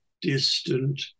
distant